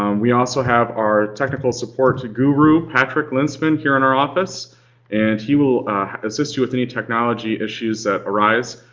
um we also have our technical support guru, patrick luensmann, here in our office and he will assist you with any technology issues that arise.